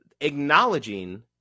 acknowledging